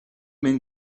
men